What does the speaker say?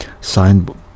signed